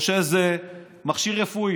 או שיש איזה מכשיר רפואי,